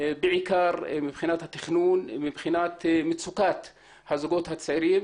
בעיקר מבחינת התכנון ומבחינת מצוקת הזוגות הצעירים